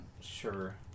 Sure